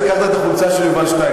יואל,